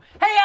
Hey